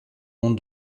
monde